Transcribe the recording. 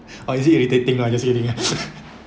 or is irritating lah just kidding lah